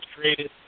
created